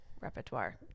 repertoire